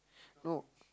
no